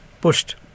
pushed